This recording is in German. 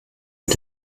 mit